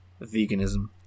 veganism